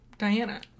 Diana